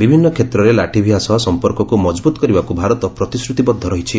ବିଭିନ୍ନ କ୍ଷେତ୍ରରେ ଲାଟଭିଆ ସହ ସଂପର୍କକୁ ମଜବୁତ କରିବାକୁ ଭାରତ ପ୍ରତିଶ୍ରତିବଦ୍ଧ ରହିଛି